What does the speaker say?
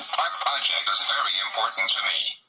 project is very important to me.